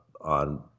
on